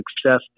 success